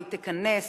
והיא תיכנס